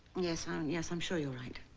yes um yes i'm sure you're right